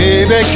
Baby